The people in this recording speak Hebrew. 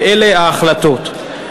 ואלה ההחלטות: